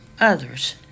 others